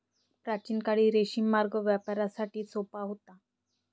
प्राचीन काळी रेशीम मार्ग व्यापारासाठी सोपा होता